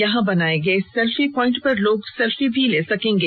यहां पर बनाये गए सेल्फी प्वाइन्ट पर लोग सेल्फी भी ले सकेंगे